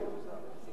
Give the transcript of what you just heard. אחר כך,